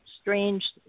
strange